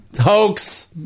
Hoax